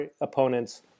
opponents